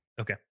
Okay